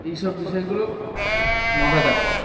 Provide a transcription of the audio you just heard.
এই সব বিষয়গুলো মাথায় থাকত